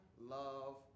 love